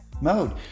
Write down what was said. mode